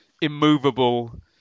immovable